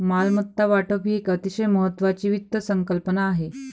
मालमत्ता वाटप ही एक अतिशय महत्वाची वित्त संकल्पना आहे